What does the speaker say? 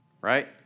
right